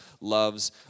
loves